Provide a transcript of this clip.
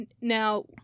now